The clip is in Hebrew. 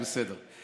זה בסדר.